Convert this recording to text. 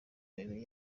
imibiri